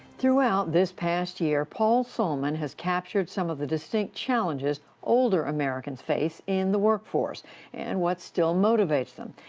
throughout this past year, paul solman has captured some of the distinct challenges older americans face in the work force and what still motivates them.